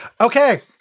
Okay